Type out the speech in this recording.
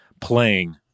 playing